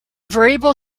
variable